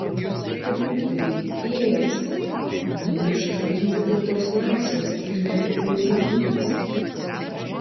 ar tu būtumei ėjęs į mišką ginti tautos laisvės ir nepriklausomybės